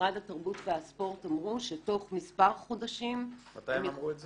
משרד התרבות והספורט אמר שתוך מספר חודשים --- מתי הוא אמר את זה?